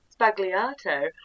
spagliato